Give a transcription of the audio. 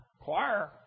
Choir